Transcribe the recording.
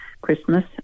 christmas